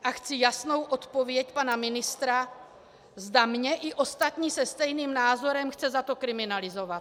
A chci jasnou odpověď pana ministra, zda mě i ostatní se stejným názorem chce za to kriminalizovat.